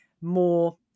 more